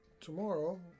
tomorrow